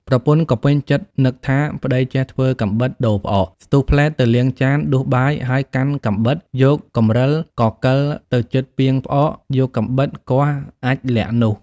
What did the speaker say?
ប្រពន្ធក៏ពេញចិត្ដនឹកថា “ប្ដីចេះ ធ្វើកាំបិតដូរផ្អក” ស្ទុះភ្លែតទៅលាងចានដួសបាយហើយកាន់កាំបិតយ៉ាងកំរិលក៏កិលទៅជិតពាងផ្អកយកកាំបិតគាស់អាចម៏ល័ក្ខនោះ។